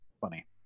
funny